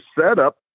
setup